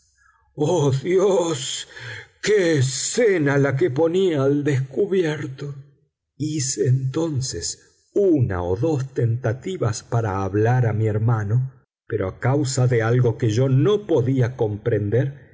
oh dios qué escena la que ponía al descubierto hice entonces una o dos tentativas para hablar a mi hermano pero a causa de algo que yo no podía comprender